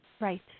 Right